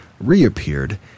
reappeared